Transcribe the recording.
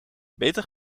beter